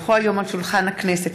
כי הונחו היום על שולחן הכנסת,